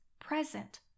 present